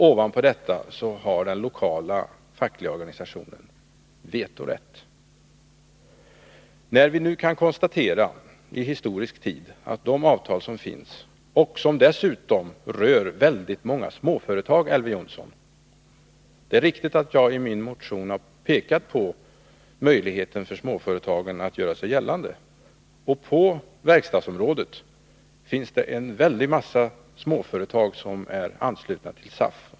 Ovanpå detta har den lokala fackliga organisationen vetorätt. Vi kan konstatera att de avtal som finns rör väldigt många små företag, Elver Jonsson. Det är riktigt att jag i min motion har pekat på möjligheten för småföretagen att göra sig gällande. På verkstadsområdet finns en massa små företag som är anslutna till SAF.